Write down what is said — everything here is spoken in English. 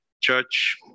Church